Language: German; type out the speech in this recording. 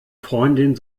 freundin